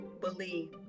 believe